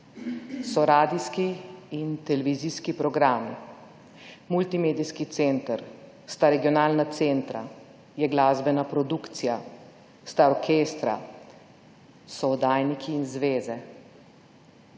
So radijski in televizijski programi. Multimedijski center. Sta regionalna centra. Je glasbena produkcija. Sta orkestra. So oddajniki in zveze.